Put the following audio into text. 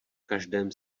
každém